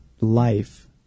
life